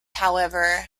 however